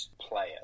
player